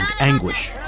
anguish